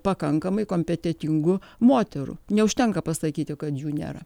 pakankamai kompetentingų moterų neužtenka pasakyti kad jų nėra